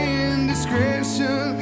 indiscretion